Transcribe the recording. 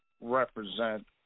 represent